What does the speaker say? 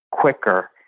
quicker